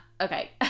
Okay